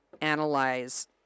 analyze